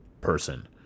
person